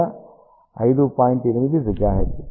8 GHz